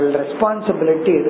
responsibility